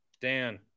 Dan